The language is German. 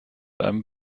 einem